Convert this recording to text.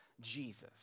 Jesus